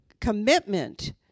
commitment